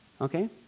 Okay